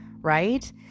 right